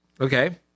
Okay